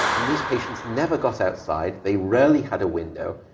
and these patients never got outside. they rarely had a window.